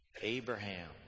Abraham